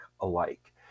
alike